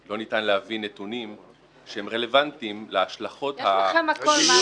לא ניתן להביא נתונים שהם רלוונטיים להשלכות --- יש לכם הכול,